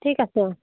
ঠিক আছে অঁ